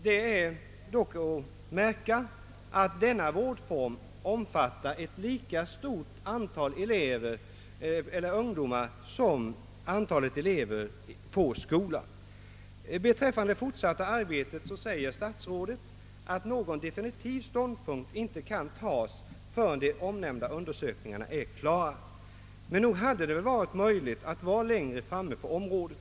Det är dock att märka att denna vårdform omfattar ett lika stort antal ungdomar som antalet elever på skola. Om det fortsatta arbetet säger statsrådet, att någon definitiv ståndpunkt inte kan tas förrän de omnämnda undersökningarna är klara. Nog hade det väl i alla fall varit möjligt att hinna med mera på detta område.